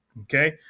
Okay